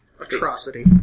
atrocity